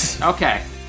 okay